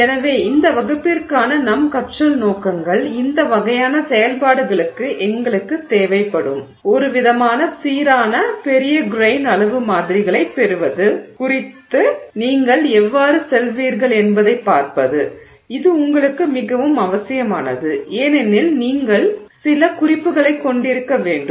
எனவே இந்த வகுப்பிற்கான நம் கற்றல் நோக்கங்கள் இந்த வகையான செயல்பாடுகளுக்கு எங்களுக்குத் தேவைப்படும் ஒருவிதமான சீரான பெரிய கிரெய்ன் அளவு மாதிரிகளைப் பெறுவது குறித்து நீங்கள் எவ்வாறு செல்வீர்கள் என்பதைப் பார்ப்பது இது உங்களுக்கு மிகவும் அவசியமானது ஏனெனில் நீங்கள் சில குறிப்புகளைக் கொண்டிருக்க வேண்டும்